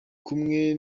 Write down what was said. kumwe